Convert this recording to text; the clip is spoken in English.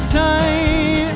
time